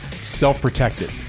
self-protected